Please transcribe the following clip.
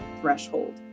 threshold